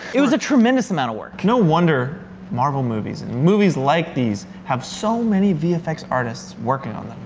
it was a tremendous amount of work no wonder marvel movies and movies like these have so many vfx artists working on them.